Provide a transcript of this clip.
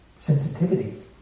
sensitivity